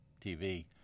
tv